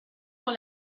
con